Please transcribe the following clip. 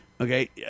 Okay